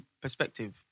perspective